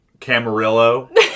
Camarillo